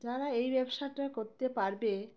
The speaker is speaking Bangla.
যারা এই ব্যবসাটা করতে পারবে